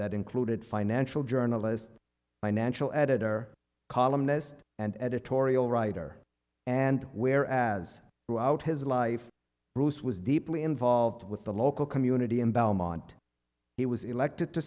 that included financial journalist financial editor columnist and editorial writer and where as throughout his life bruce was deeply involved with the local community in belmont he was elected to